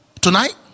tonight